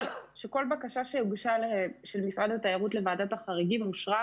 שכל בקשה של משרד התיירות שהוגשה לוועדת החריגים אושרה,